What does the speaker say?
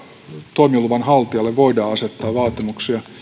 toimiluvan haltijalle voidaan asettaa vaatimuksia